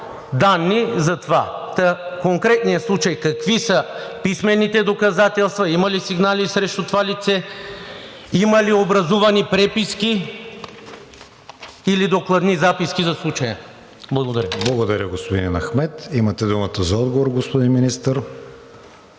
данни за това. В конкретния случай: какви са писмените доказателства, има ли сигнали срещу това лице, има ли образувани преписки или докладни записки за случая? Благодаря. ПРЕДСЕДАТЕЛ КРИСТИАН ВИГЕНИН: Благодаря, господин Ахмед. Имате думата за отговор, господин Министър.